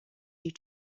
you